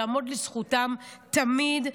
יעמוד לזכותם תמיד.